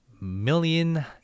million